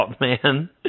man